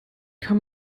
kann